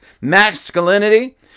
masculinity